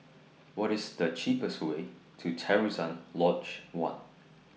What IS The cheapest Way to Terusan Lodge one